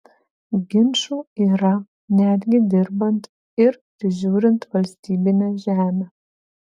ginčų yra netgi dirbant ir prižiūrint valstybinę žemę